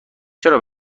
چرا